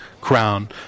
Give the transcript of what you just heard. Crown